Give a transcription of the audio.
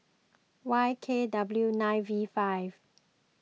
Y K W nine V five